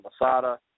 Masada